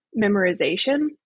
memorization